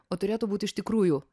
o turėtų būt iš tikrųjų